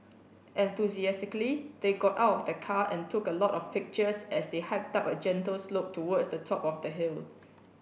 enthusiastically they got out of the car and took a lot of pictures as they hiked up a gentle slope towards the top of the hill